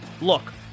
Look